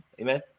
Amen